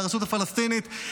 לרשות הפלסטינית.